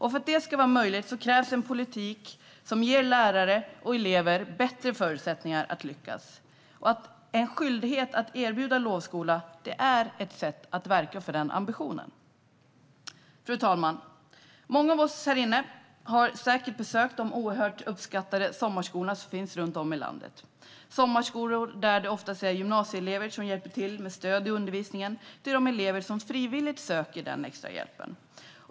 För att det ska vara möjligt krävs en politik som ger lärare och elever bättre förutsättningar att lyckas. En skyldighet att erbjuda lovskola är ett sätt att verka för den ambitionen. Fru talman! Många av oss har säkert besökt de oerhört uppskattade sommarskolor som finns runt om i landet, sommarskolor där det oftast är gymnasieelever som hjälper till med stöd i undervisningen till de elever som frivilligt söker denna extrahjälp.